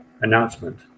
announcement